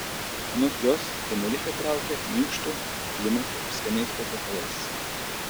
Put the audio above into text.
anot jos tenerifė traukia minkštu klimatu ir skaniais patiekalais